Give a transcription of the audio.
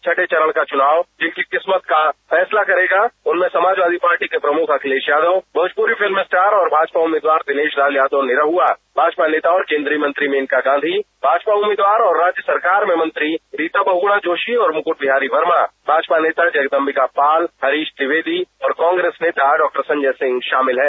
छठे चरण का चुनाव जिनकी किस्मत का फैसला करेगा उनमे समाजवादी पार्टी के प्रमुख अखिलेश यादव भोजपुरी फिल्म स्टार और भाजपा उम्मीदवार दिनेश लाल यादव निरहुआ भाजपा नेता और केंद्रीय मंत्री मेनका गांधी भाजपा उम्मीदवार और राज्य सरकार में मंत्री रीता बहुगुणा जोशी और मुकुट बिहारी वर्मा भाजपा नेता जगदंबिका पाल हरीश द्विवेदी और कांग्रेस नेता डॉक्टर संजय सिंह शामिल है